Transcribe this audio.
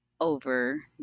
over